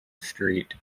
street